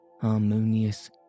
harmonious